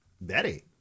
Betty